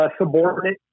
subordinate